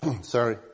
sorry